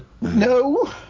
no